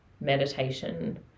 meditation